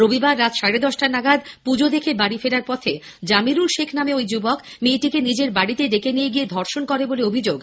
রবিবার রাত সাড়ে দশটা নাগাদ পুজো দেখে বাড়ি ফেরার পথে জামিরুল শেখ নামে ওই যুবক মেয়েটিকে নিজের বাড়িতে ডেকে নিয়ে গিয়ে ধর্ষণ করে বলে অভিযোগ